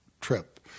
trip